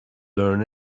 learn